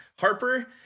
harper